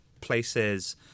places